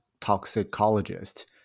toxicologist